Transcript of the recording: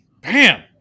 Bam